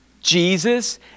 Jesus